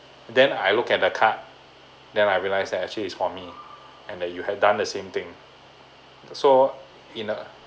then I look at the card then I realised that actually it's for me and that you have done the same thing so in a